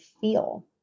feel